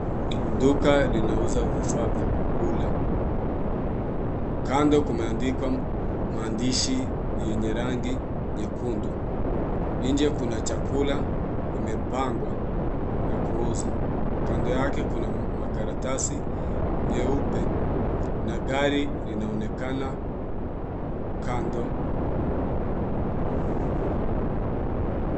Duka linauza vifaa vya kukula. Kando kumeandikwa maandishi yenye rangi nyekundu. Nje kuna chakula, imepangwa ya kuuza. Kando yake kuna karatasi nyeupe na gari linaonekana kando.